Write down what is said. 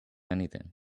anything